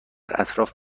اطراف